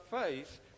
faith